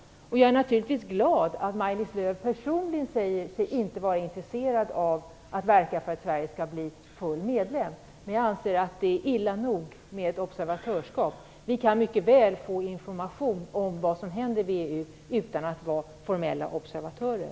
Jag är naturligtvis glad för att Maj-Lis Lööw personligen säger sig inte vara intresserad av att verka för att Sverige skall bli medlem i VEU, men jag anser att det är illa nog med ett observatörskap. Vi kan mycket väl få information om vad som händer i VEU utan att formellt vara observatörer.